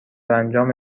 انجام